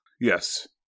Yes